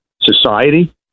society